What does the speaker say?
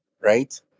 right